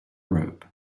robe